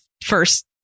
first